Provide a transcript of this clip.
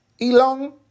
Elon